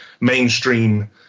mainstream